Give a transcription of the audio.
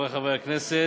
חברי חברי הכנסת,